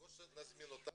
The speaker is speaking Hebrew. לא שנזמין אותם,